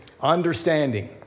Understanding